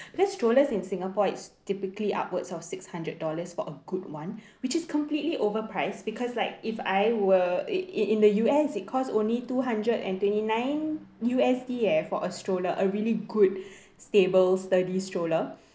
because strollers in singapore it's typically upwards of six hundred dollars for a good one which is completely over price because like if I were in in the U_S it cost only two hundred and twenty nine U_S_D eh for a stroller are really good stable sturdy stroller